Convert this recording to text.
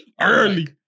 Early